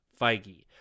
Feige